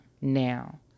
now